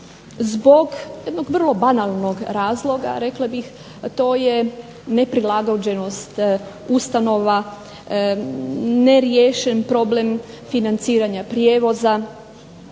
zbog jednog vrlo banalnog razloga rekla bih, a to je neprilagođenost ustanova, neriješen problem financiranja prijevoza